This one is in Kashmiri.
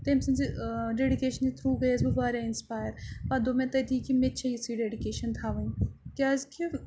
تٔمۍ سٕنٛزِ ڈیٚڈِکیشنہِ تھرٛوٗ گٔیَس بہٕ واریاہ اِنسپایر پَتہٕ دوٚپ مےٚ تٔتی کہِ مےٚ تہِ چھےٚ یِژھٕے ڈیٚڈِکیشَن تھاوٕنۍ کیازکہِ